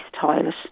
toilet